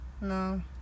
no